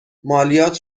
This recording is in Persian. مالیات